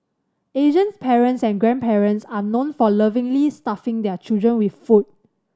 Asians parents and grandparents are known for lovingly stuffing their children with food